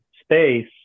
space